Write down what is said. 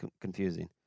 confusing